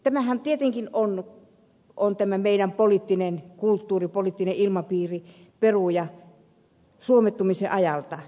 tämähän tietenkin on tämä meidän poliittinen kulttuurimme poliittinen ilmapiirimme peruja suomettumisen ajalta